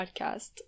podcast